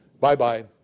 bye-bye